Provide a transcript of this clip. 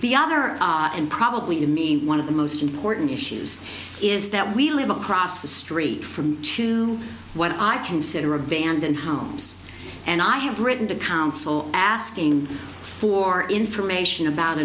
the other and probably to me one of the most important issues is that we live across the street from to what i consider abandoned homes and i have written to council asking for information about